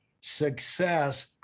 success